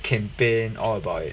campaign all about it